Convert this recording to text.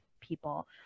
people